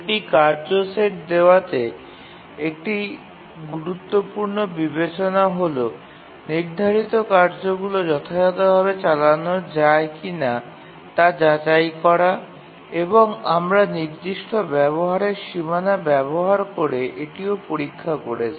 একটি কার্য সেট দেওয়াতে একটি গুরুত্বপূর্ণ বিবেচনা হল নির্ধারিত কার্যগুলি যথাযথভাবে চালানো যায় কিনা তা যাচাই করা এবং আমরা নির্দিষ্ট ব্যবহারের সীমানা ব্যবহার করে এটিও পরীক্ষা করেছি